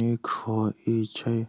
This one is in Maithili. नीक होइ छै?